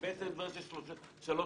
כשבעצם מתברר שזה שלוש,